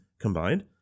combined